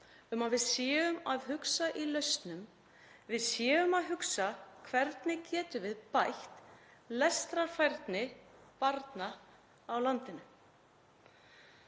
um að við séum að hugsa í lausnum, að við séum að hugsa: Hvernig getum við bætt lestrarfærni barna á landinu?